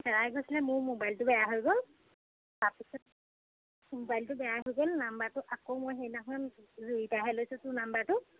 হেৰাই গৈছিলে মোৰ ম'বাইলটো বেয়া হৈ গ'ল তাৰপিছত ম'বাইলটো বেয়া হৈ গ'ল নাম্বাৰটো আকৌ মই সেইদিনাখন জুৰিৰপৰাহে লৈছো তোৰ নাম্বাৰটো